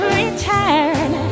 return